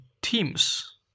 Teams